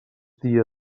dia